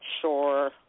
Sure